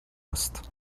است